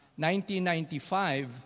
1995